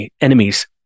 enemies